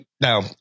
now